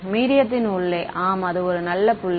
மீடியத்தின் உள்ளே ஆம் அது ஒரு நல்ல புள்ளி